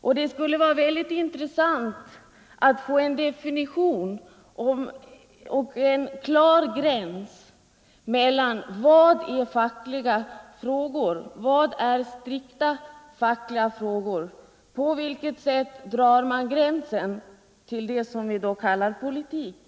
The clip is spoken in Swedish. Och det vore mycket intressant att få en definition av vad som är strikta fackliga frågor och var man då drar gränsen till vad vi kallar politik.